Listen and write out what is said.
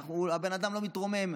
הבן אדם לא מתרומם,